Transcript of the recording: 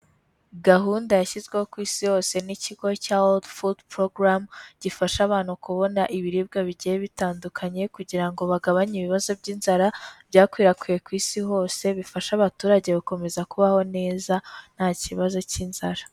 Gahunda yashyizweho ku Isi hose n'ikigo cya world Food Program gifasha abantu kubona ibiribwa bigiye bitandukanye kugira ngo bagabanye ibibazo by'inzara byakwirakwiye ku Isi hose, bifashe abaturage gukomeza kubaho neza nta kibazo cy'inzara.